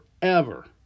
forever